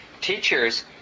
teachers